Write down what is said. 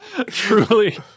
Truly